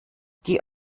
die